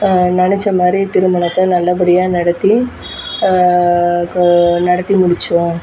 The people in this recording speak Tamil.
நினச்ச மாதிரி திருமணத்தை நல்ல படியாக நடத்தி நடத்தி முடித்தோம்